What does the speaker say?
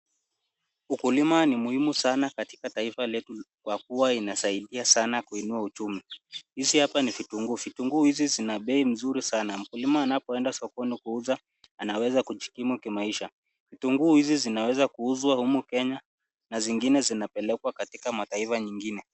Ukulima ni muhimu sana katika taifa letu kwa kuwa inasaidia sana kuinua uchumi. Hizi hapa ni vitunguu; vitunguu hizi zina bei mzuri sana. Mkulima anapoenda sokoni kuuza, anaweza kujikimu kimaisha. Vitunguu hizi zinaweza kuuzwa humu Kenya na zingine zinapelekwa katika mataifa nyingine.